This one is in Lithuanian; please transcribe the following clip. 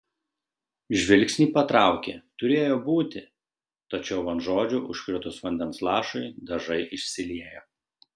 žvilgsnį patraukė turėjo būti tačiau ant žodžių užkritus vandens lašui dažai išsiliejo